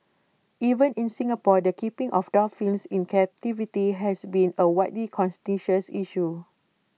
even in Singapore the keeping of dolphins in captivity has been A widely contentious issue